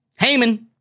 Heyman